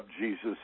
Jesus